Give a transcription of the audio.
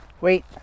wait